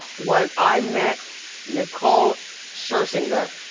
when i met nicole scherzinger.